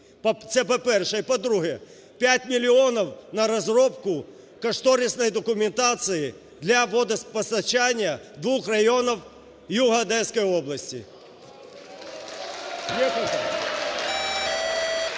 Це, по-перше. І, по-друге, 5 мільйонів на розробку кошторисної документації для водопостачання двох районів юга Одеської області.